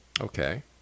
Okay